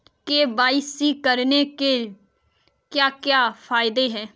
KYC करने के क्या क्या फायदे हैं?